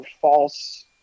false